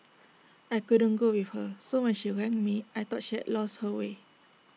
I couldn't go with her so when she rang me I thought she had lost her way